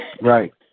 right